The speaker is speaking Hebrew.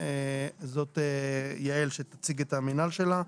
זאת יעל שתציג את המינהל שלה.